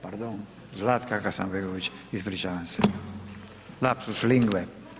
Pardon, Zlatka Hasanbegovića, ispričavam se, lapsus linguae.